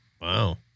Wow